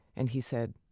and he said,